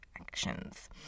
actions